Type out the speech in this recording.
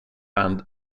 and